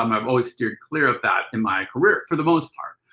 um i've always steered clear of that in my career, for the most part.